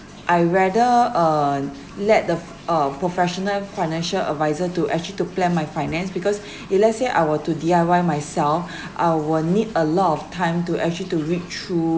I rather uh let the uh professional financial advisor to actually to plan my finance because if let's say I were to D_I_Y myself I will need a lot of time to actually to read through